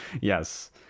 yes